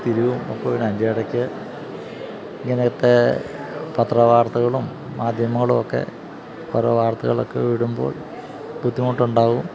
അതിന്റെയിടയ്ക്ക് ഇങ്ങനത്തെ പത്രവാർത്തകളും മാധ്യമങ്ങളുമൊക്കെ ഓരോ വാർത്തകളൊക്കെ വിടുമ്പോൾ ബുദ്ധിമുട്ടുണ്ടാകും